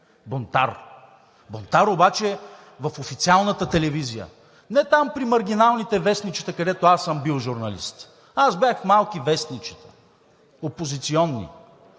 бунтар?! Бунтар обаче в официалната телевизия. Не там при маргиналните вестничета, където аз съм бил журналист. Аз бях в малки вестничета – опозиционни.